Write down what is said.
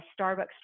Starbucks